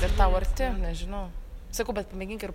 ir tau arti nežinau sakau bet pamėgink ir